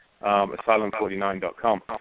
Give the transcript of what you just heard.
asylum49.com